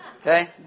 Okay